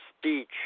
speech